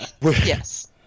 Yes